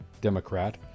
Democrat